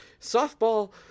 softball